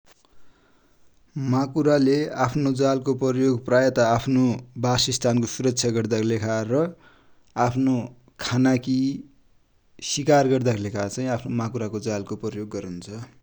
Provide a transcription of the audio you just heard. माकुरा ले आफ्नो जाल को प्रयोग प्राय त आफ्नो बासस्थान को सुरक्षा गर्दाकि लेखा र आफ्नो खानाकि सिकार गर्दा कि लेखा चाइ आफ्नो माकुरा को जाल को प्रयोग गरन्छ ।